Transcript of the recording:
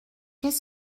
qu’est